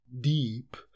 Deep